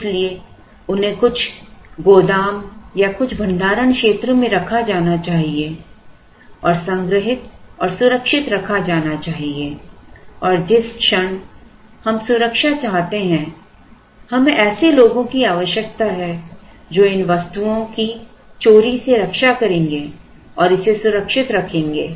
इसलिए उन्हें कुछ गोदाम या कुछ भंडारण क्षेत्र में रखा जाना चाहिए और संग्रहीत और सुरक्षित रखा जाना चाहिए और जिस क्षण हम सुरक्षा और सुरक्षा चाहते हैं हमें ऐसे लोगों की आवश्यकता है जो इन वस्तुओं की चोरी से रक्षा करेंगे और इसे सुरक्षित रखेंगे